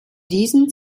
diesen